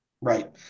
Right